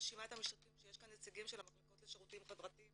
ברשימת המשתתפים שיש כאן נציגים של המחלקות לשירותים חברתיים